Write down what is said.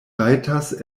rajtas